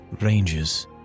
ranges